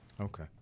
Okay